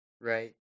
Right